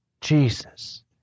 Jesus